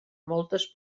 moltes